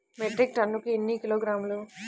Metric టన్నుకు ఎన్ని కిలోగ్రాములు?